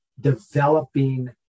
developing